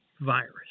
virus